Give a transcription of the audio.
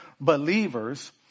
believers